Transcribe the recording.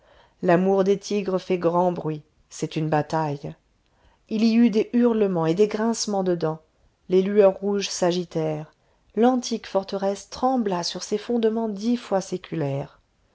l'amour des tigres fait grand bruit c'est une bataille il y eut des hurlements et des grincements de dents les lueurs rouges s'agitèrent l'antique forteresse trembla sur ses fondements dix fois séculaires